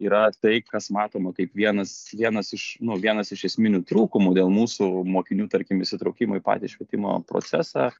yra tai kas matoma kaip vienas vienas iš nu vienas iš esminių trūkumų dėl mūsų mokinių tarkim įsitraukimo į patį švietimo procesą